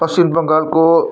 पश्चिम बङ्गालको